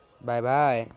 Bye-bye